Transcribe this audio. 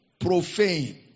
Profane